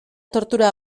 tortura